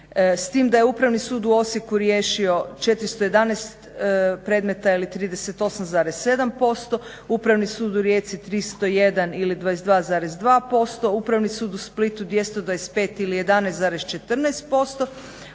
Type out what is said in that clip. S tim da je Upravni sud u Osijeku riješio 411 predmeta ili 38,7%, Upravni sud u Rijeci 301 ili 22,3%, Upravni sud u Splitu 225 ili 11,14%